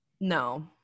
No